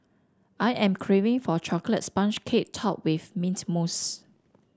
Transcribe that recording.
I am craving for a chocolate sponge cake topped with mint mousse